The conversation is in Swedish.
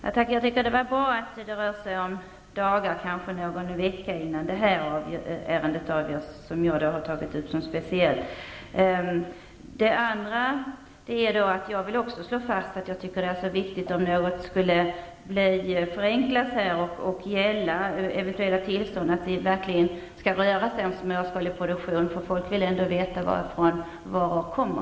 Fru talman! Jag tycker att det är bra att det rör sig om dagar, kanske någon vecka, innan det blir ett avgörande i det ärende som jag speciellt har tagit upp. Jag vill också slå fast att om några bestämmelser skulle förenklas och om det skulle gälla eventuella tillstånd är det viktigt att det verkligen rör sig om småskalig produktion. Folk vill ändå veta varifrån varorna kommer.